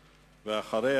ואחריה,